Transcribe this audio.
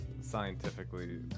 scientifically